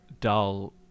dull